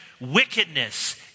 wickedness